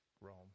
Rome